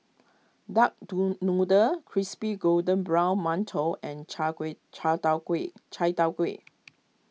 Duck do Noodle Crispy Golden Brown Mantou and Chia Kway Chia Tow Kway Chai Tow Kway